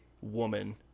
woman